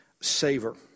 savor